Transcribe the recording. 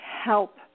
help